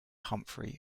humphrey